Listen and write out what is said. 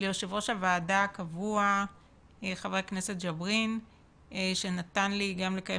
ליו"ר הוועדה הקבוע ח"כ ג'בארין שנתן לי גם לקיים